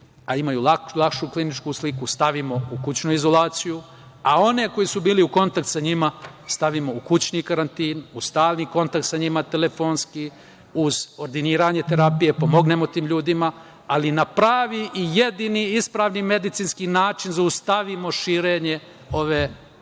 a imaju lakšu kliničku sliku, stavimo u kućnu izolaciju, a one koji su bili u kontaktu sa njima stavimo u kućni karantin, uz stalni kontakt sa njima telefonski, uz ordiniranje terapije da pomognemo tim ljudima, ali na pravi i jedini ispravni medicinski način zaustavimo širenje ove infekcije